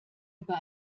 über